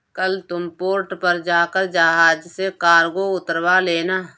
कल तुम पोर्ट पर जाकर जहाज से कार्गो उतरवा लेना